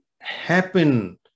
happen